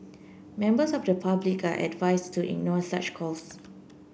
members of the public are advised to ignore such calls